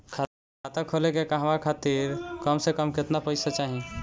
खाता खोले के कहवा खातिर कम से कम केतना पइसा चाहीं?